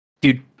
dude